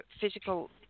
physical